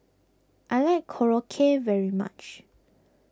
I like Korokke very much